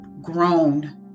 grown